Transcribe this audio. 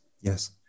Yes